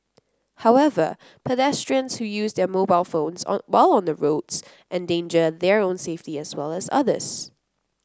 however pedestrians who use their mobile phones on while on the roads endanger their own safety as well as others